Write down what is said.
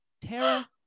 Tara